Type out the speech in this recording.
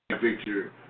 picture